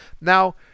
Now